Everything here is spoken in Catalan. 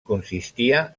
consistia